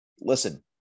Listen